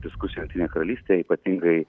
diskusiją jungtinėj karalystėj ypatingai